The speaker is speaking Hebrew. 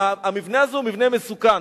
שהמבנה הזה הוא מבנה מסוכן.